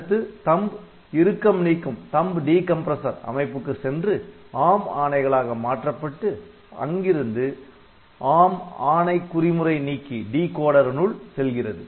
அடுத்து THUMB இறுக்கம் நீக்கும் அமைப்புக்கு சென்று ARM ஆணைகளாக மாற்றப்பட்டு இங்கிருந்து ARM ஆணை குறிமுறை நீக்கி யினுள் செல்கிறது